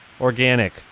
organic